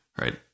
right